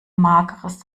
mageres